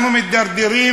אנחנו מדרדרים